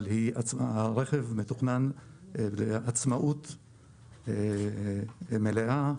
אבל הרכב מתוכנן לעצמאות מלאה,